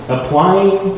Applying